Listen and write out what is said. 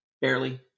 Barely